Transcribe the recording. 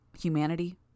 Humanity